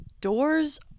doors